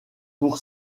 pour